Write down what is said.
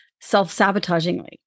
self-sabotagingly